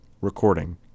recording